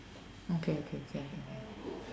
okay okay can can can